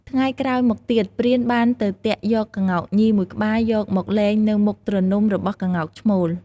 ថ្ងៃក្រោយមកទៀតព្រានបានទៅទាក់យកក្ងោកញីមួយក្បាលយកមកលែងនៅមុខទ្រនំរបស់ក្ងោកឈ្មោល។